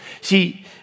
See